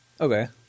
Okay